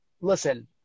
listen